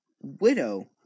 widow